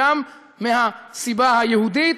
גם מהסיבה היהודית,